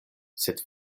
sed